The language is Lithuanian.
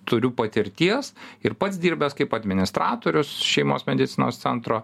turiu patirties ir pats dirbęs kaip administratorius šeimos medicinos centro